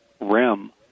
REM